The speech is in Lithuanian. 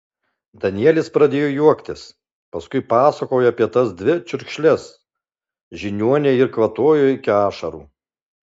danielis pradėjo juoktis paskui pasakojo apie tas dvi čiurkšles žiniuonei ir kvatojo iki ašarų